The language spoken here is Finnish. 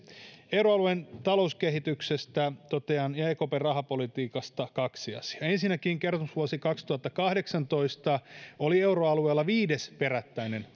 euroalueen talouskehityksestä ja ekpn rahapolitiikasta totean kaksi asiaa ensinnäkin kertomusvuosi kaksituhattakahdeksantoista oli euroalueella viides perättäinen